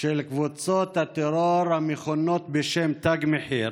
של קבוצות הטרור המכונות בשם "תג מחיר"